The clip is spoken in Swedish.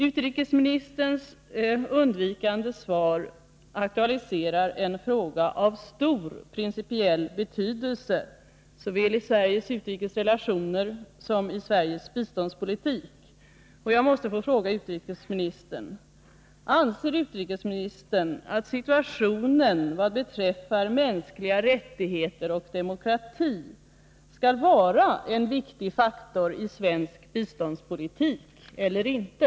Utrikesministerns undvikande svar aktualiserar en fråga av stor principiell betydelse såväli Sveriges utrikesrelationer som i Sveriges biståndspolitik. Jag måste därför fråga utrikesministern: Anser utrikesministern att situationen i vad gäller mänskliga rättigheter och demokrati skall vara en viktig faktor i svensk biståndspolitik eller inte?